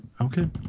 Okay